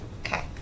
Okay